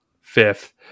fifth